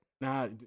Nah